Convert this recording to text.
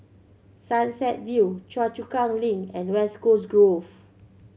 Sunset View Choa Chu Kang Link and West Coast Grove